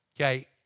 Okay